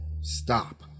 stop